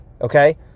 okay